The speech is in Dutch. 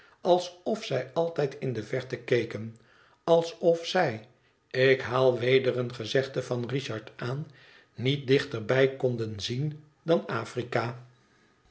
alsof zij altijd in de verte keken alsof zij ik haal weder een gezegde van richard aan niet dichterbij konden zien dan afrika